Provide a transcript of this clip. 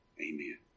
Amen